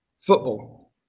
football